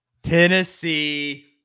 Tennessee